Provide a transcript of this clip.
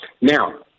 Now